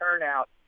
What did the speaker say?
turnout